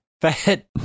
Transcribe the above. Fat